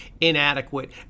inadequate